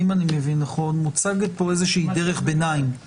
אם תבואו לבקש הארכה,